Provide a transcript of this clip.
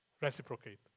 reciprocate